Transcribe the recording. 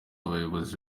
abayobozi